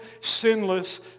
sinless